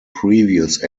previous